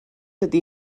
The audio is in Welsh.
ydy